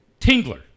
Tingler